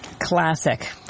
Classic